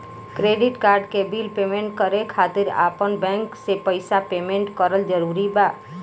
Credit card के bill payment करे खातिर आपन बैंक से पईसा पेमेंट करल जरूरी बा?